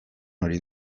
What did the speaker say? hori